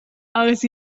els